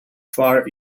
far